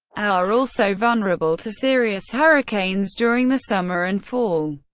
are also vulnerable to serious hurricanes during the summer and fall.